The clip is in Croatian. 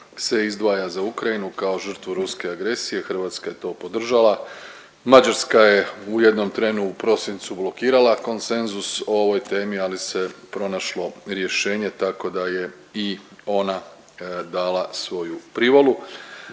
Hrvatska je to podržala. Mađarska je u jednom trenu u prosincu blokirala konsenzus o ovoj temi ali se pronašlo rješenje tako da je i ona dala svoju privolu.